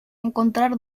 encontrar